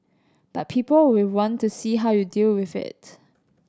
but people will want to see how you deal with it